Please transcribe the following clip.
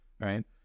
right